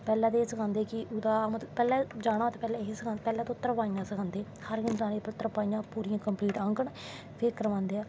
पैह्लैं ते एह् सखादे हे कि ओह्दा पैह्लैं ते तरपाईयां सखांदे हे सारें कोला दा पैह्लें तरपाईयां आंहगन फिर करवांदे ऐं